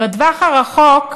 בטווח הארוך,